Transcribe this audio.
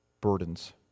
burdens